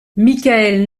mickaël